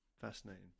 Fascinating